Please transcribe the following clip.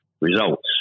results